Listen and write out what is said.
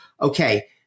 Okay